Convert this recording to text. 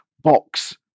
box